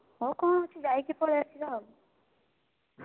ହଉ କ'ଣ ଅଛି ଯାଇକି ପଳାଇ ଆସିବା ଆଉ